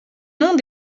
noms